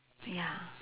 ya